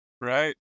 Right